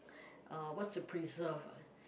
uh what's the preserve uh